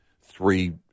three